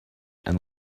and